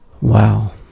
Wow